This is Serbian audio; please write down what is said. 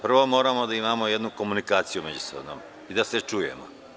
Prvo moramo da imamo jednu komunikaciju međusobno i da se čujemo.